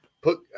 Put